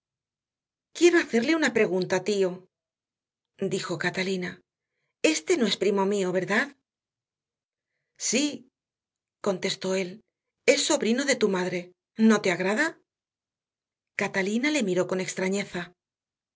quiero hacerle una pregunta tío dijo catalina este no es primo mío verdad sí contestó él es sobrino de tu madre no te agrada catalina le miró con extrañeza